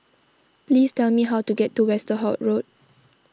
please tell me how to get to Westerhout Road